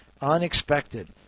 unexpected